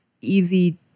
easy